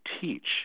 teach